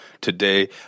today